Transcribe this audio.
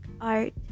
art